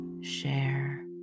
share